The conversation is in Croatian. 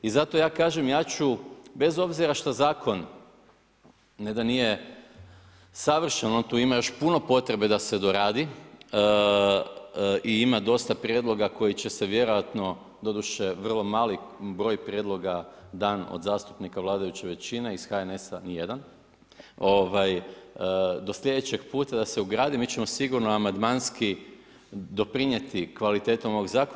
I zato ja kažem ja ću bez obzira što zakon ne da nije savršen, on tu ima još puno potrebe da se doradi i ima dosta prijedloga koji će se vjerojatno doduše vrlo mali broj prijedloga dan od zastupnika vladajuće većine iz HNS-a ni jedan, do sljedećeg puta ugradi, mi ćemo sigurno amandmanski doprinijeti kvalitetom ovog zakona.